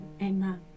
Amen